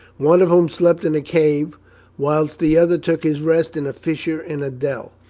one of whom slept in a cave whilst the other took his rest in a fissure in a dell,